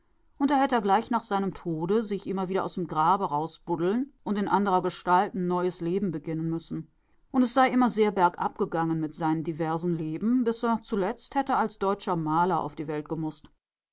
und da hätt er gleich nach seinem tode sich immer wieder aus m grabe rausbuddeln und in anderer gestalt n neues leben beginnen müssen und es sei immer sehr bergab gegangen mit sein'n diversen leben bis er zuletzt hätte als deutscher maler auf die welt gemußt